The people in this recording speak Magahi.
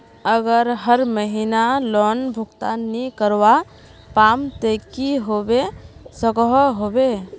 अगर हर महीना लोन भुगतान नी करवा पाम ते की होबे सकोहो होबे?